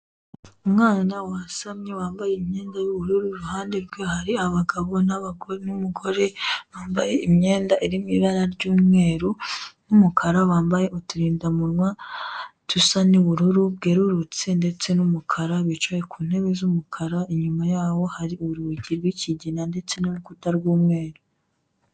Umwana wasamye wambaye imyenda y'ubururu iruhande rwe hari abagabo n'abagore n'umugore, wambaye imyenda iri mu ibara ry'umweru, n'umukara, bambaye uturindamunwa, tusa n'ubururu bwerurutse ndetse n'umukara, bicaye ku ntebe z'umukara inyuma yaho hari urugi rw'ikigina ndetse n'urukuta rw'umweru.